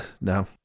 No